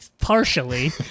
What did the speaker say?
Partially